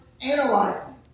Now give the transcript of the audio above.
analyzing